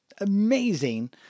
amazing